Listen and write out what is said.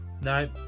No